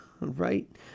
Right